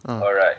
mmhmm